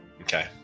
Okay